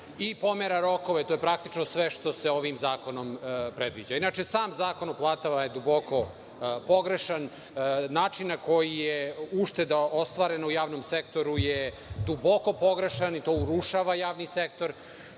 i pomera rokove. To je praktično sve što se ovim zakonom predviđa. Inače, sam Zakon o platama je duboko pogrešan. Način na koji je ušteda ostvarena u javnom sektoru je duboko pogrešan i to urušava javni sektor. Suština